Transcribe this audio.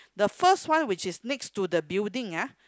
the first one which is next to the building ah